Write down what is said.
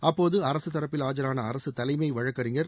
அப்போது அரசுதரப்பில் ஆஜரான அரசு தலைமை வழக்கறிஞர்